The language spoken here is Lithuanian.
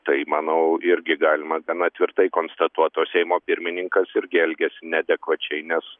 tai manau irgi galima gana tvirtai konstatuot o seimo pirmininkas irgi elgias neadekvačiai nes